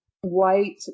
white